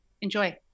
Enjoy